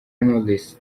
knowless